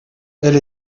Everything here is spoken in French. elle